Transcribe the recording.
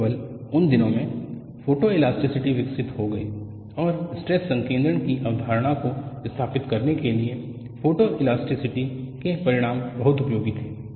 केवल उन दिनों में फोटोइलास्टिसिटी विकसित हो गई और स्ट्रेस संकेद्रण की अवधारणा को स्थापित करने के लिए फोटोइलास्टिसिटी के परिणाम बहुत उपयोगी थे